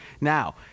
Now